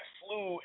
flew